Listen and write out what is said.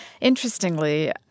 interestingly